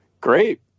Great